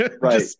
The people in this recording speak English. Right